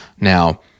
Now